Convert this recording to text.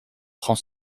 prend